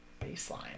baseline